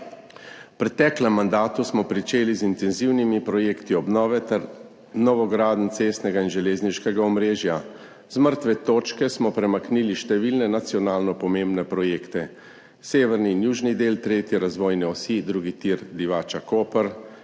V preteklem mandatu smo pričeli z intenzivnimi projekti obnove ter novogradenj cestnega in železniškega omrežja. Z mrtve točke smo premaknili številne nacionalno pomembne projekte, severni in južni del tretje razvojne osi, drugi tir Divača–Koper,